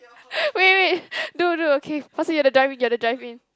wait wait no no okay first thing you have to drive you have to drive in